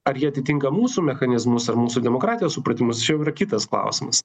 ar jie atitinka mūsų mechanizmus ar mūsų demokratijos supratimus čia jau yra kitas klausimas